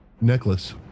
Necklace